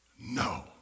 No